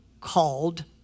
called